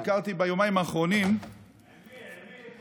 ביקרתי ביומיים האחרונים, עם מי?